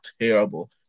terrible